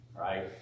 right